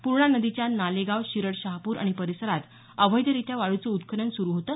पूर्णा नदीच्या नालेगाव शिरडशहापूर आणि परिसरात अवैधरीत्या वाळूचं उत्खनन सुरू होतं